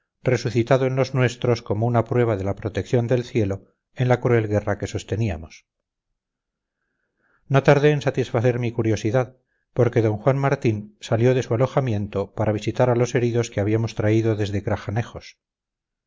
resucitado en los nuestros como una prueba de la protección del cielo en la cruel guerra que sosteníamos no tardé en satisfacer mi curiosidad porque d juan martín salió de su alojamiento para visitar a los heridos que habíamos traído desde